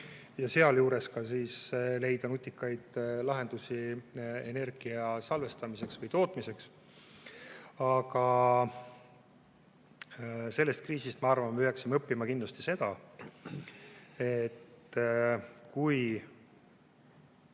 ja sealjuures leida nutikaid lahendusi energia salvestamiseks või tootmiseks. Aga sellest kriisist, ma arvan, me peaksime õppima kindlasti seda, et see